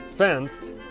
fenced